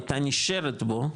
הייתה נשארת בו,